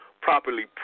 properly